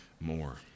more